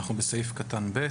אנחנו בסעיף קטן (ב).